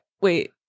Wait